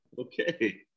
Okay